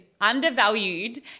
undervalued